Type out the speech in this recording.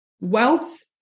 wealth